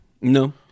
no